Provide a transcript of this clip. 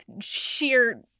sheer